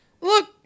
Look